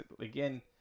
again